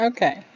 Okay